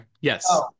yes